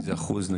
כמה אחוז?